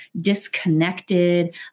disconnected